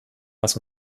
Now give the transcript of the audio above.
was